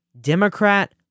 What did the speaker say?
Democrat